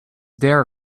there